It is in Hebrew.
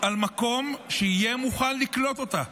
על מקום שיהיה מוכן לקלוט אותה,